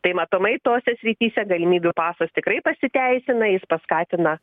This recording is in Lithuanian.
tai matomai tose srityse galimybių pasas tikrai pasiteisina jis paskatina